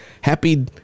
happy